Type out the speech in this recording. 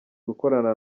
gukorana